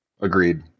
Agreed